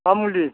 मा मुलि